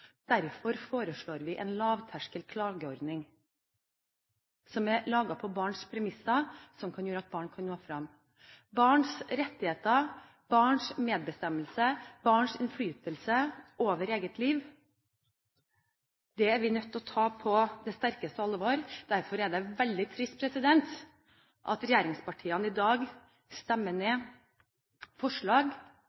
Derfor foreslår vi en lavterskel klageordning som er laget på barns premisser, som kan gjøre at barn kan nå frem. Barns rettigheter, barns medbestemmelse og barns innflytelse over eget liv er vi nødt til på det sterkeste å ta på alvor. Derfor er det veldig trist at regjeringspartiene i dag stemmer